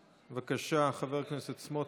בבקשה, חבר הכנסת סמוטריץ',